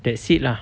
that's it lah